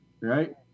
right